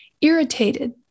irritated